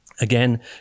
Again